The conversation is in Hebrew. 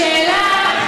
השאלה,